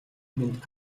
мэнд